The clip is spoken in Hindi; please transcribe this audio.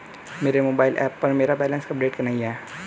मेरे मोबाइल ऐप पर मेरा बैलेंस अपडेट नहीं है